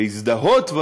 להזדהות,